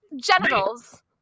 genitals